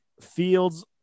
fields